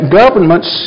governments